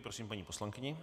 Prosím paní poslankyni.